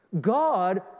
God